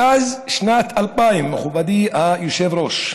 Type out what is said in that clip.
מאז שנת 2000, מכובדי היושב-ראש,